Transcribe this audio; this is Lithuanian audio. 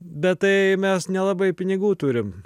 bet tai mes nelabai pinigų turim